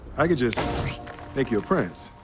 i could just make you a prince.